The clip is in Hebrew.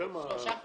שלושה חודשים.